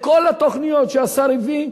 כל התוכניות שהשר הביא,